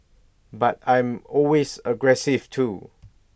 but I'm always aggressive too